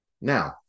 Now